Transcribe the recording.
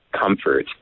comfort